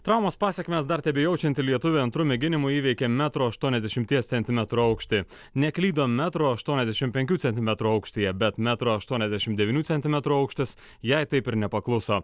traumos pasekmes dar tebejaučianti lietuvė antru mėginimu įveikė metro aštuoniasdešimties centimetrų aukštį neklydo metro aštuoniasdešim penkių centimetrų aukštyje bet metro aštuoniasdešim devynių centimetrų aukštis jai taip ir nepakluso